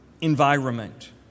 environment